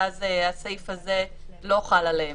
שאז הסעיף הזה לא חל עליהם,